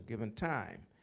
given time.